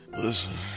listen